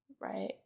right